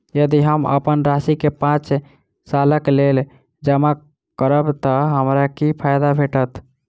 यदि हम अप्पन राशि केँ पांच सालक लेल जमा करब तऽ हमरा की फायदा भेटत?